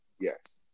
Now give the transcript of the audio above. Yes